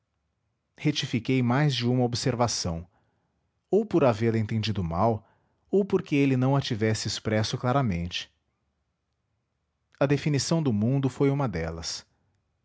emendar retifiquei mais de uma observação ou por havê la entendido mal ou porque ele não a tivesse expresso claramente a definição do mundo foi uma delas